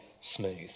smooth